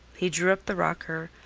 he drew up the rocker,